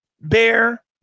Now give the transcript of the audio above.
bear